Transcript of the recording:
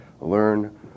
learn